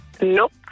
Nope